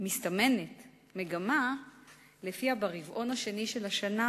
מסתמנת מגמה שלפיה ברבעון השני של השנה